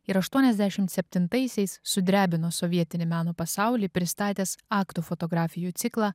ir aštuoniasdešimt septintaisiais sudrebino sovietinį meno pasaulį pristatęs aktų fotografijų ciklą